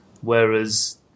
Whereas